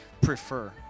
prefer